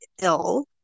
ill